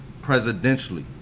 presidentially